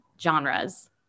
genres